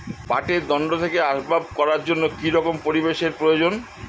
পাটের দণ্ড থেকে আসবাব করার জন্য কি রকম পরিবেশ এর প্রয়োজন?